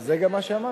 זה גם מה שאמרתי.